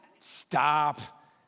Stop